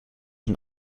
een